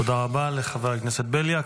תודה רבה לחבר הכנסת בליאק.